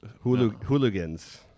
Hooligans